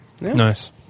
Nice